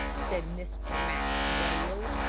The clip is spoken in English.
said mr. maxwell.